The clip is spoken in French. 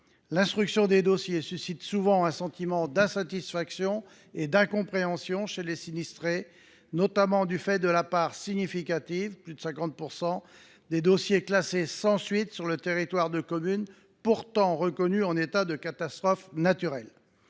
L’instruction des dossiers suscite souvent un sentiment d’insatisfaction et d’incompréhension chez les sinistrés, notamment du fait de la part significative – plus de 50 %– des dossiers classés sans suite sur le territoire de communes pourtant reconnues en état de catastrophe naturelle.